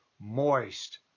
moist